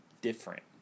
different